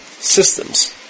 systems